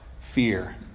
fear